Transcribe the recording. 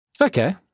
Okay